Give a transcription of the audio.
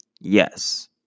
Yes